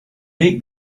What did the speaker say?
make